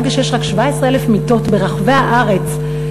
ברגע שיש רק 17,000 מיטות ברחבי הארץ,